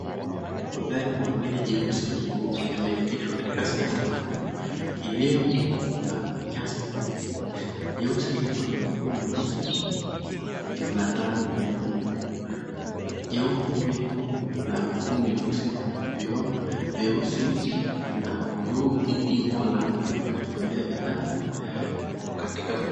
Magari mawili jeusi na jeupe yameegeshwa katika sehemu maalum iliyo na nyasi fupi. Jeusi lipo na miguu nyeusi, na taa nyekundu. Jeupe lipo na miguu myeusi, vioo vyeusi na juu ipo na kifaa cha kubebea bidhaa. Katika safari.